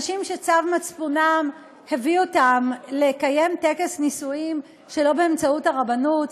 אנשים שצו מצפונם הביא אותם לקיים טקס נישואים שלא באמצעות הרבנות,